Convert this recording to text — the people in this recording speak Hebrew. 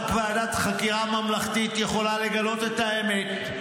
רק ועדת חקירה ממלכתית יכולה לגלות את האמת.